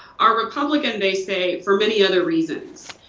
are republican, they say, for many other reasons.